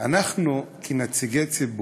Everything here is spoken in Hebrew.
אנחנו כנציגי ציבור,